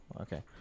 Okay